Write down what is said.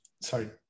Sorry